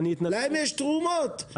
להם יש תרומות,